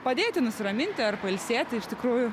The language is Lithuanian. padėti nusiraminti ar pailsėti iš tikrųjų